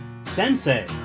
Sensei